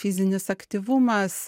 fizinis aktyvumas